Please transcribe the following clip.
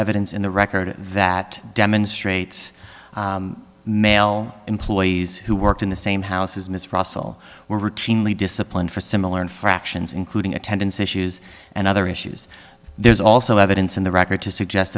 evidence in the record that demonstrates male employees who worked in the same house as ms russell were routinely disciplined for similar infractions including attendance issues and other issues there's also evidence in the record